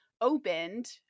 opened